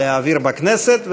להעביר בכנסת,